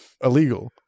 illegal